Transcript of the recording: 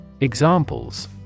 Examples